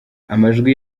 amajwi